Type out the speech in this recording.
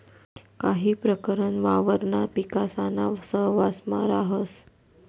काही प्रकरण वावरणा पिकासाना सहवांसमा राहस